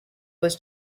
was